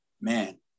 Man